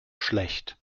schlecht